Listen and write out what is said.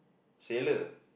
sailor